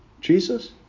Jesus